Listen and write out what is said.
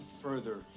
further